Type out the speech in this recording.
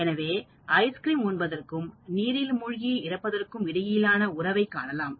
எனவே ஐஸ்கிரீம் உண்பதற்கும் நீரில் மூழ்கி இறப்பதற்கும் இடையிலான உறவை காணலாம்